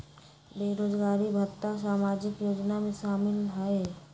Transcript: बेरोजगारी भत्ता सामाजिक योजना में शामिल ह ई?